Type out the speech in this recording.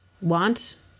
want